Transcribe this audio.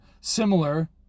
similar